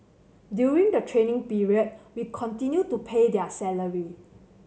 during the training period we continue to pay their salary